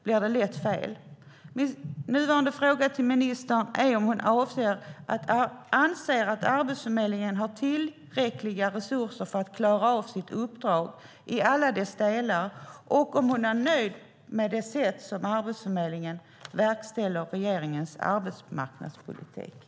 Jag vill nu fråga ministern om hon anser att Arbetsförmedlingen har tillräckliga resurser för att klara av sitt uppdrag i alla dess delar och om hon är nöjd med det sätt som Arbetsförmedlingen verkställer regeringens arbetsmarknadspolitik på.